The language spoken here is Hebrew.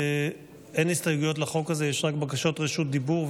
אין הסתייגויות לחוק הזה, יש רק בקשות רשות דיבור.